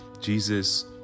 Jesus